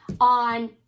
on